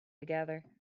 together